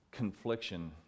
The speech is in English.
confliction